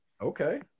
Okay